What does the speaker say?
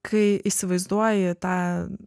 kai įsivaizduoji tą